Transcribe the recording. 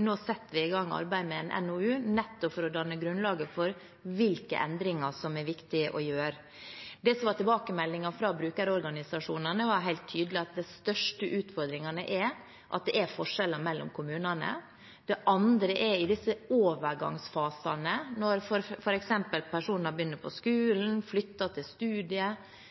Nå setter vi i gang arbeidet med en NOU, nettopp for å danne grunnlaget for hvilke endringer som det er viktig å gjøre. Tilbakemeldingen fra brukerorganisasjonene var helt tydelig at de største utfordringene er at det er forskjeller mellom kommunene. Det andre er i overgangsfasene, f.eks. når personer begynner på skole, flytter til